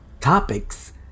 topics